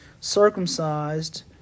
circumcised